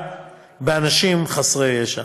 פגיעה באנשים חסרי ישע.